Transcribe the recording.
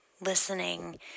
listening